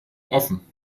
offen